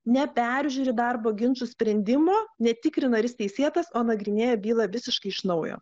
neperžiūri darbo ginčų sprendimo netikrina ar jis teisėtas o nagrinėja bylą visiškai iš naujo